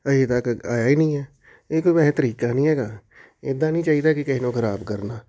ਅਜੇ ਤੱਕ ਆਇਆ ਹੀ ਨਹੀਂ ਹੈ ਇਹ ਕੋਈ ਵੈਸੇ ਤਰੀਕਾ ਨਹੀਂ ਹੈਗਾ ਇੱਦਾਂ ਨਹੀਂ ਚਾਹੀਦਾ ਕਿ ਕਿਸੇ ਨੂੰ ਖਰਾਬ ਕਰਨਾ